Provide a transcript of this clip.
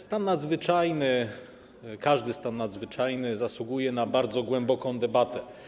Stan nadzwyczajny, każdy stan nadzwyczajny zasługuje na bardzo głęboką debatę.